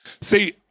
See